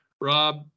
Rob